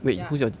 ya